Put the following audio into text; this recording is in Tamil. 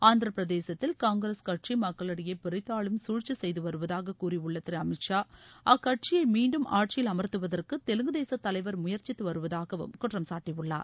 ஆந்திர பிரதேசத்தில் காங்கிரஸ் கட்சி மக்களிடையே பிரித்தாளும் குழ்ச்சி செய்து வருவதாக கூறியுள்ள திரு அமித் ஷா அக்கட்சியை மீன்டும் ஆட்சியில் அமர்த்துவதற்கு தெலுங்குதேச தலைவர் முயற்சித்து வருவதாகவும் குற்றம்சாட்டியுள்ளார்